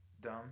dumb